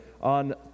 On